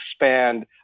expand